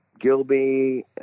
Gilby